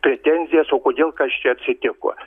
pretenzijas o kodėl kas čia atsitiko